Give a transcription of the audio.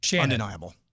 Undeniable